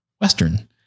Western